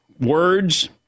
words